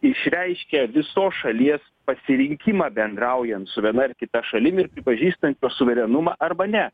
išreiškė visos šalies pasirinkimą bendraujant su viena ar kita šalim ir pripažįstant jos suverenumą arba ne